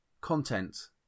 content